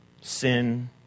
sin